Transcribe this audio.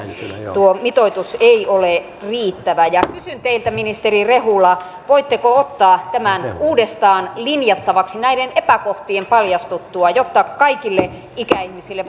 tuo mitoitus ei ole riittävä kysyn teiltä ministeri rehula voitteko ottaa tämän uudestaan linjattavaksi näiden epäkohtien paljastuttua jotta kaikille ikäihmisille